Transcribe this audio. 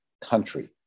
country